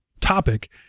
topic –